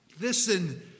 listen